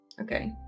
Okay